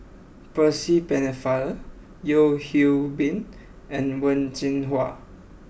Percy Pennefather Yeo Hwee Bin and Wen Jinhua